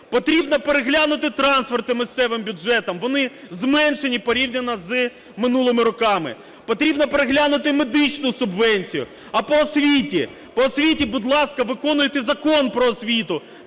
Потрібно переглянути трансферти місцевим бюджетам, вони зменшені порівняно з минулими роками. Потрібно переглянути медичну субвенцію. А по освіті, по освіті, будь ласка, виконуйте Закон "Про освіту".